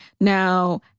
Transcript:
Now